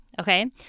okay